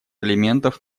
элементов